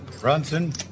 Brunson